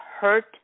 hurt